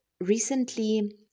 recently